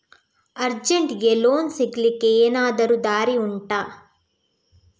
ಅರ್ಜೆಂಟ್ಗೆ ಲೋನ್ ಸಿಗ್ಲಿಕ್ಕೆ ಎನಾದರೂ ದಾರಿ ಉಂಟಾ